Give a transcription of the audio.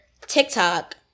TikTok